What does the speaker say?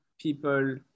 people